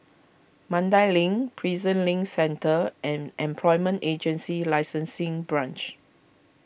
Mandai Link Prison Link Centre and Employment Agency Licensing Branch